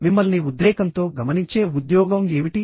మిమ్మల్ని ఉద్రేకంతో గమనించే ఉద్యోగం ఏమిటి